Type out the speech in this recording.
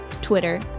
Twitter